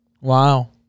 Wow